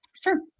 Sure